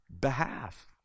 behalf